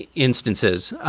instances.